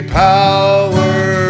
power